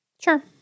Sure